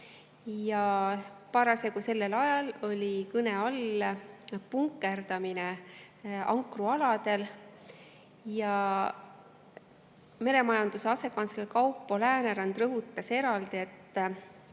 Parasjagu sellel ajal oli kõne all punkerdamine ankrualadel ja meremajanduse asekantsler Kaupo Läänerand rõhutas eraldi,